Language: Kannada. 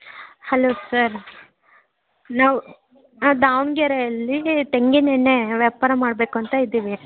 ಹಲೋ ಸರ್ ನಾವು ದಾವಣ್ಗೆರೆಯಲ್ಲಿ ತೆಂಗಿನೆಣ್ಣೆ ವ್ಯಾಪಾರ ಮಾಡಬೇಕು ಅಂತ ಇದ್ದೀವಿ